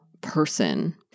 person